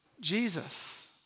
Jesus